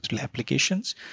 applications